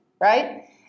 Right